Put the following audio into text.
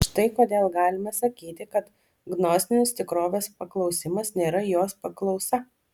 štai kodėl galime sakyti kad gnostinis tikrovės paklausimas nėra jos paklausa